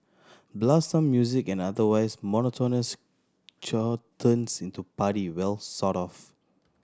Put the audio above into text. blast some music and otherwise monotonous chore turns into party well sort of